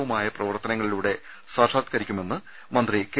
കവുമായ പ്രവർത്തനങ്ങളിലൂടെ സാക്ഷാത്കരിക്കുമെന്ന് മന്ത്രി കെ